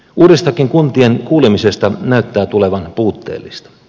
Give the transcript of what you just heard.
uudestakin kuntien kuulemisesta näyttää tulevan puutteellista